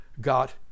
got